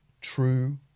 true